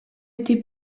été